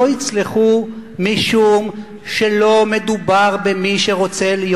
לא יצלחו משום שלא מדובר במי שרוצה להיות